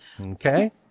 Okay